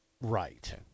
right